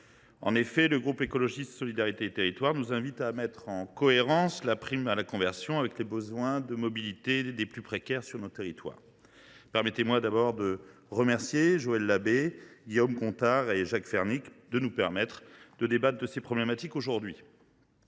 En effet, le groupe Écologiste – Solidarité et Territoires nous invite à mettre en cohérence la prime à la conversion avec les besoins de mobilité des plus précaires sur nos territoires. Permettez moi tout d’abord de remercier Joël Labbé, Guillaume Gontard et Jacques Fernique, qui nous donnent l’occasion aujourd’hui